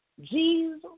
Jesus